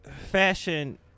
fashion